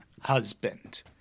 husband